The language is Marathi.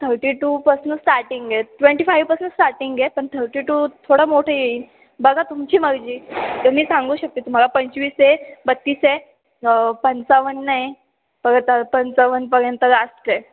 थर्टी टूपासून स्टार्टिंग आहे ट्वेंटी फाईवपासून स्टार्टिंग आहे पण थर्टी टू थोडा मोठे येईल बघा तुमची मर्जी तर मी सांगू शकते तुम्हाला पंचवीस आहे बत्तीस आहे पंचावन्न आहे बघा तर पंचावन्नपर्यंत लास्ट आहे